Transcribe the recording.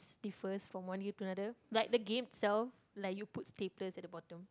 differs from one U to another like the game itself like you put staplers at the bottom